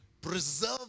preserve